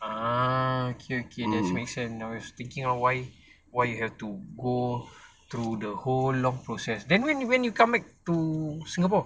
ah okay okay that makes sense I was thinking of why why you have to go through the whole long process then when you when you come back to singapore